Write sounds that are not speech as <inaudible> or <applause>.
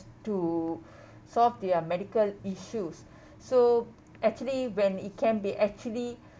to solve their medical issues <breath> so actually when it can be actually